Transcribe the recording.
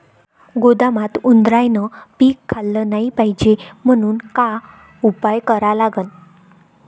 गोदामात उंदरायनं पीक खाल्लं नाही पायजे म्हनून का उपाय करा लागन?